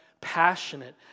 passionate